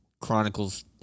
Chronicles